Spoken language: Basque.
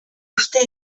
ostea